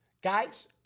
Guys